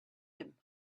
him